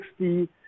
60